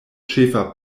ĉefa